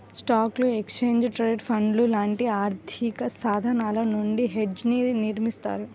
స్టాక్లు, exchange traded ఫండ్లు లాంటి ఆర్థికసాధనాల నుండి హెడ్జ్ని నిర్మిత్తారు